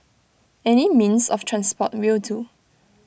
any means of transport will do